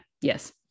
Yes